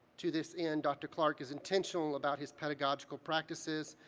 to this end, dr. clark is intentional about his pedagogical practices,